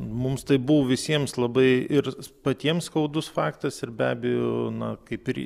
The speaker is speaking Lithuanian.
mums tai buvo visiems labai ir patiems skaudus faktas ir be abejo na kaip ir